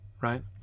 right